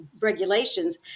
regulations